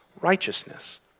righteousness